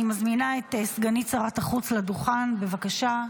אני מזמינה את סגנית שר החוץ לדוכן, בבקשה.